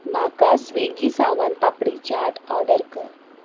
म्हाका स्विगी सावन पापडी चाट ऑडर कर